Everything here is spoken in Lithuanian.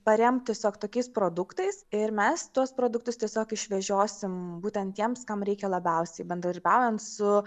paremt tiesiog tokiais produktais ir mes tuos produktus tiesiog išvežiosim būtent tiems kam reikia labiausiai bendradarbiaujant su